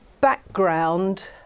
background